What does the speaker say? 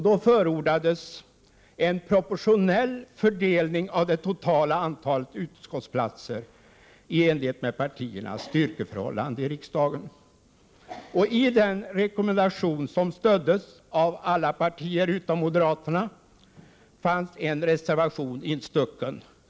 Det förordades en proportionell fördelning av det totala antalet utskottsplatser i enlighet med partiernas styrkeförhållande i riksdagen. I denna rekommendation, som stöddes av alla partier utom moderaterna, fanns en reservation instucken.